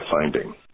finding